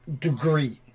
degree